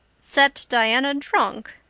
set diana drunk!